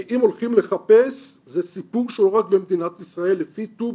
כי אם הולכים לחפש זה סיפור ש --- במדינת ישראל לפי טובי.